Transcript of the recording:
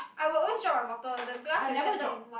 I will always drop my bottle the glass will shatter in one